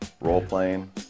role-playing